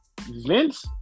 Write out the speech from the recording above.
Vince